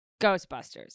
Ghostbusters